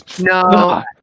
No